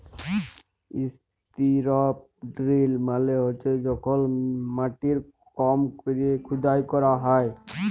strip drill মালে হছে যখল মাটির কম ক্যরে খুদাই ক্যরা হ্যয়